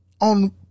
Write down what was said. on